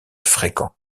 fréquents